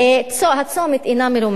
הצומת אינו מרומזר,